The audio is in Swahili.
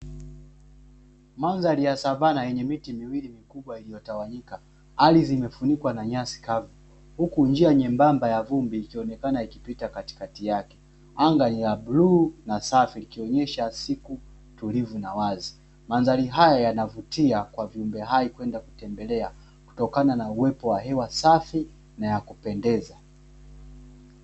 Mandhari ya savana yenye miti miwili mikubwa iliyotawanyika, ardhi imefunikwa na nyasi kavu, huku njia nyembamba ya vumbi ikionekana ikipita katikati yake. Anga ni la bluu na safi, likionyesha siku tulivu na wazi. Mandhari haya yanavutia kwa viumbe hai kwenda kutembelea kutokana na uwepo wa hewa safi na ya kupendeza.